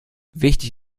wichtig